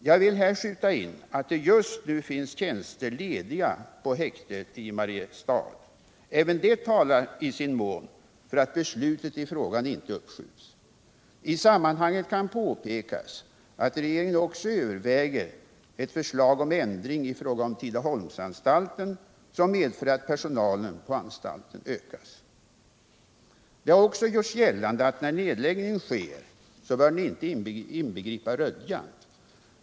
Jag vill här skjuta in att det just nu finns tjänstser lediga på häktet i Mariestad. Även det talar i sin mån för att beslutet i frågan inte bör uppskjutas. I sammanhanget kan påpekas att regeringen också överväger ett förslag om ändring i fråga om Tidaholmsanstalten, som medför att personalen på anstalten ökas. Det har också gjorts gällande att, när nedläggning sker, den inte bör inbegripa Rödjan.